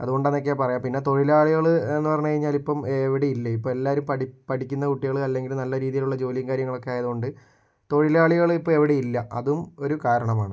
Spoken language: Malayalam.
അതുകൊണ്ടെന്നൊക്കെ പറയാം പിന്നെ തൊഴിലാളികള് എന്ന് പറഞ്ഞ് കഴിഞ്ഞാലിപ്പം ഇവിടെ ഇല്ല ഇപ്പോൾ എല്ലാവരും പഠി പഠിക്കുന്ന കുട്ടികള് അല്ലങ്കിൽ നല്ല രീതിയിലുള്ള ജോലിയും കാര്യങ്ങളൊക്കെ ആയത് കൊണ്ട് തൊഴിലാളികള് ഇപ്പോൾ എവിടേയും ഇല്ല അതും ഒരു കാരണമാണ്